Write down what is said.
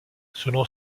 selon